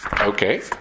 okay